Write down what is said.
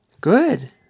Good